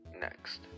next